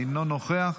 אינו נוכח,